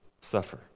suffer